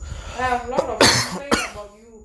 ah அவளோ:avalo the from complain about you